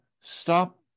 stop